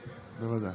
בוודאי.